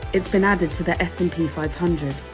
it's been added to the s and p five hundred,